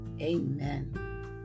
Amen